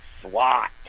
SWAT